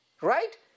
right